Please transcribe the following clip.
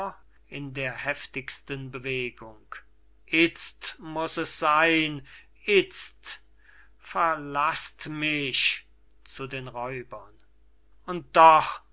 in der heftigsten bewegung itzt muß es seyn itzt verlaßt mich zu den räubern und doch